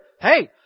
Hey